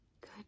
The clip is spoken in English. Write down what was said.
good